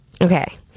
okay